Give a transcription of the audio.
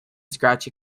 scratchy